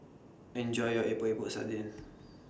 Enjoy your Epok Epok Sardin